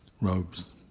robes